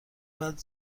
بعد